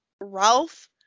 Ralph